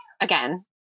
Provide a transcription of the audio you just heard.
again